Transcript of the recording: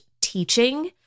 teaching